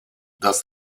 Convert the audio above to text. das